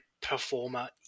performer